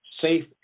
safe